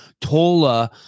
Tola